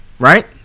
Right